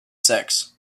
six